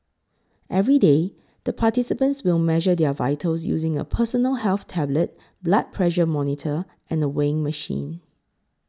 every day the participants will measure their vitals using a personal health tablet blood pressure monitor and a weighing machine